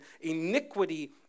iniquity